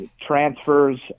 transfers